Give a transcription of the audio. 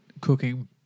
cooking